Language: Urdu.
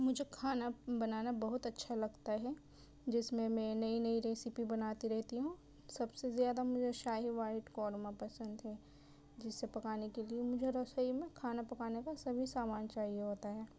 مجھے کھانا بنانا بہت اچھا لگتا ہے جس میں میں نئی نئی ریسیپی بناتی رہتی ہوں سب سے زیادہ مجھے شاہی وائٹ قورمہ پسند ہے جسے پکانے کے لئے مجھے رسوئی میں کھانا پکانے کا سبھی سامان چاہیے ہوتا ہے